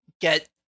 get